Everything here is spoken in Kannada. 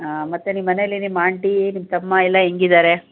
ಮತ್ತೆ ನಿಮ್ಮ ಮನೇಲಿ ನಿಮ್ಮ ಆಂಟಿ ನಿಮ್ಮ ತಮ್ಮಯೆಲ್ಲ ಹೆಂಗಿದಾರೆ